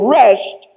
rest